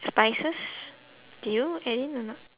spices do you add in or not